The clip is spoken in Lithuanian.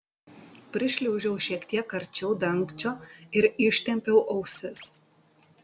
prišliaužiau šiek tiek arčiau dangčio ir ištempiau ausis